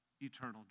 eternal